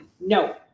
No